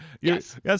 Yes